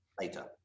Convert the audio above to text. later